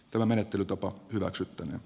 tämä menettelytapa hyväksyttävä